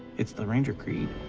it's the ranger creed.